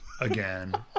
Again